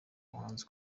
umuhanzi